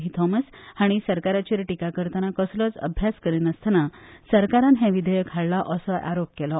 V Thomas हांणी सरकाराचेर टीका करताना कसलोच अभ्यास करी नासताना सरकारान हे विधेयक हाडला असो आरोप केलो